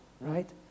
right